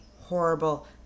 horrible